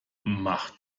macht